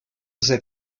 desde